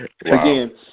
Again